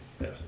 Yes